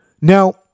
Now